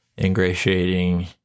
ingratiating